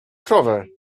krowę